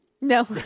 No